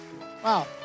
Wow